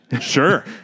Sure